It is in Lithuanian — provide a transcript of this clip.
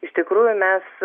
iš tikrųjų mes